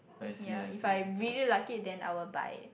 ya if I really like it then I will buy it